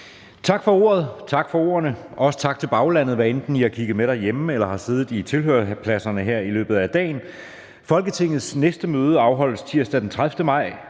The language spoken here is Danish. i dette møde. Tak for ordene. Også tak til baglandet, hvad enten I har kigget med derhjemme eller har siddet på tilhørerpladserne her i løbet af dagen. Folketingets næste møde afholdes tirsdag den 30. maj